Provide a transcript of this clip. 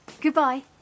Goodbye